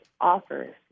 offers